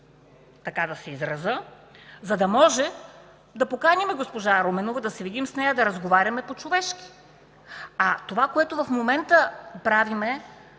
така да се изразя, за да може да поканим госпожа Руменова, да се видим с нея, да разговаряме по човешки, а това, което в момента правим,